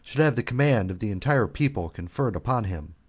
should have the command of the entire people conferred upon him.